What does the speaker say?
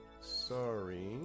Sorry